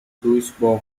louisbourg